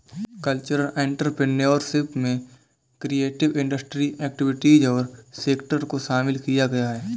cultural entrepreneurship में creative industry activities और sector को शामिल किया गया है